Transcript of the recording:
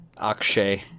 Akshay